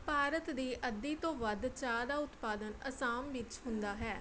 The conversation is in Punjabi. ਭਾਰਤ ਦੀ ਅੱਧੀ ਤੋਂ ਵੱਧ ਚਾਹ ਦਾ ਉਤਪਾਦਨ ਅਸਾਮ ਵਿੱਚ ਹੁੰਦਾ ਹੈ